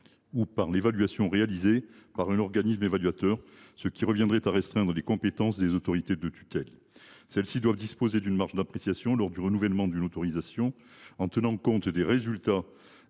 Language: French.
ou de l’évaluation réalisée par un organisme évaluateur. Cela reviendrait à restreindre les compétences des autorités de tutelle. Celles ci doivent disposer d’une marge d’appréciation lors du renouvellement d’une autorisation, en tenant compte des résultats